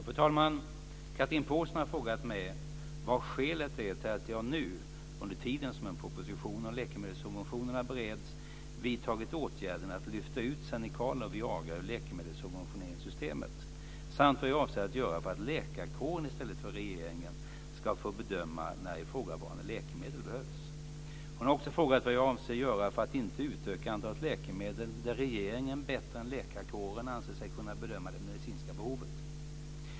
Fru talman! Chatrine Pålsson har frågat mig vad skälet är till att jag nu - under tiden som en proposition om läkemedelssubventionerna bereds - vidtagit åtgärden att lyfta ut Xenical och Viagra ur läkemedelssubventioneringssystemet samt vad jag avser att göra för att läkarkåren i stället för regeringen ska få bedöma när ifrågavarande läkemedel behövs. Hon har också frågat vad jag avser göra för att inte utöka antalet läkemedel där regeringen bättre än läkarkåren anser sig kunna bedöma det medicinska behovet.